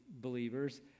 believers